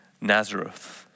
Nazareth